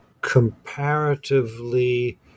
comparatively